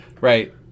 Right